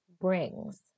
brings